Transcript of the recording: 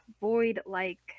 void-like